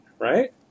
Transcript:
right